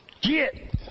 Get